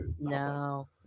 no